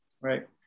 right